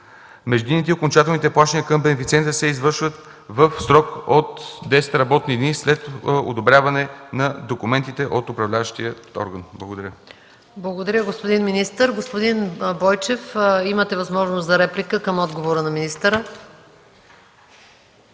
Междинните и окончателни плащания към бенефициента се извършват в срок от 10 работни дни след одобряване на документите от управляващия орган. Благодаря. ПРЕДСЕДАТЕЛ МАЯ МАНОЛОВА: Благодаря, господин министър. Господин Бойчев, имате възможност за реплика към отговора на министъра.